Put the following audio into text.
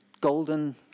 golden